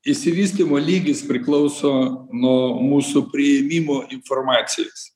išsivystymo lygis priklauso nuo mūsų priėmimo informacijos